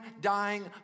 dying